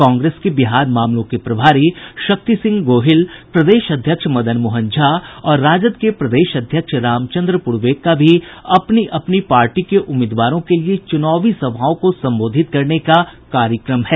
कांग्रेस के बिहार मामलों के प्रभारी शक्ति सिंह गोहिल प्रदेश अध्यक्ष मदन मोहन झा और राजद के प्रदेश अध्यक्ष रामचन्द्र पूर्वे का अपनी अपनी पार्टी के उम्मीदवारों के लिए चुनावी सभाओं को संबोधित करने का कार्यक्रम है